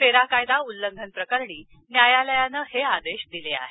फेरा कायदा उल्लंघन प्रकरणी न्यायालयानं हे आदेश दिले आहेत